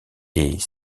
est